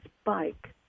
spike